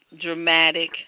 dramatic